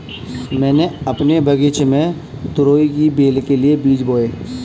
मैंने अपने बगीचे में तुरई की बेल के लिए बीज बोए